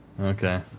Okay